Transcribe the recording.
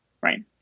right